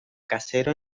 casero